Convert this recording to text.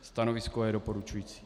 Stanovisko je doporučující.